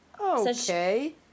okay